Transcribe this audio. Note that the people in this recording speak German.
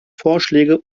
vorschläge